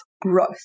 growth